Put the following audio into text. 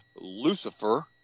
Lucifer